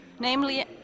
namely